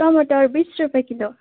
टमाटर बिस रुपियाँ किलो